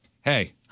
Hey